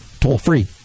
toll-free